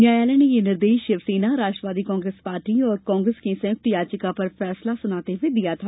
न्यायालय ने ये निर्देश शिवसेना राष्ट्रवादी कांग्रेस पार्टी और कांग्रेस की संयुक्त याचिका पर फैसला सुनाते हुए दिया था